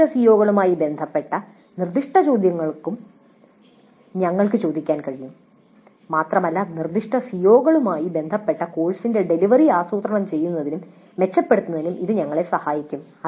നിർദ്ദിഷ്ട സിഒകളുമായി ബന്ധപ്പെട്ട നിർദ്ദിഷ്ട ചോദ്യങ്ങൾക്കും ഞങ്ങൾക്ക് ചോദിക്കാൻ കഴിയും മാത്രമല്ല നിർദ്ദിഷ്ട സിഒകളുമായി ബന്ധപ്പെട്ട് കോഴ്സിന്റെ ഡെലിവറി ആസൂത്രണം ചെയ്യുന്നതിനും മെച്ചപ്പെടുത്തുന്നതിനും ഇത് ഞങ്ങളെ സഹായിക്കും